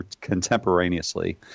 contemporaneously